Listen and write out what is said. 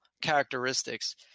characteristics